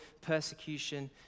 persecution